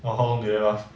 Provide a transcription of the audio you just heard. oh how long did it last